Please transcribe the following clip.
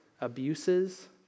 abuses